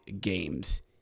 Games